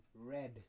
red